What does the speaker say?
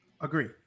agree